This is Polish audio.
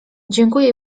dziękuję